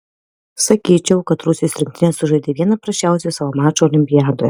sakyčiau kad rusijos rinktinė sužaidė vieną prasčiausių savo mačų olimpiadoje